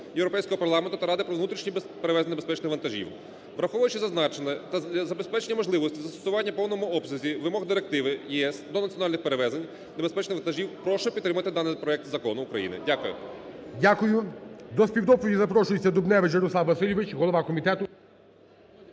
Європейського парламенту та ради про внутрішні перевезення безпечних вантажів. Враховуючи зазначене та забезпечення можливості застосування в повному обсязі вимог Директиви ЄС до національних перевезень небезпечних вантажів прошу підтримати даний проект Закон України. Дякую. ГОЛОВУЮЧИЙ. Дякую. До співдоповіді запрошується Дубневич Ярослав Васильович, голова комітету.